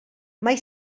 mai